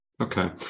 Okay